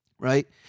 Right